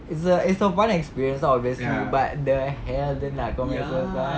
it's a it's a one experience ah obviously but the hell dia nak commit suicide